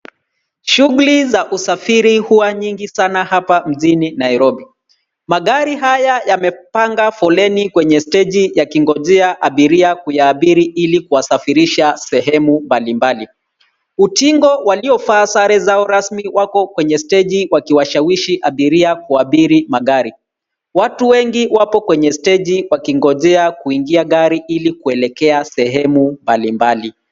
Shughuli za usafiri huwa nyingi sana hapa mjini Nairobi. Magari haya yamepanga kwenye foleni kwenye steji yakingojea abiria kuyaabiri ili kuwasafirisha sehemu mbalimbali. Utingo waliovaa sare zao rasmi wako kwenye steji wakiwashawishi abiria kuabiri magari. Watu wengi wapo kwenye steji wakingojea kuingia gari ili kuelekea sehemu mbalimbali.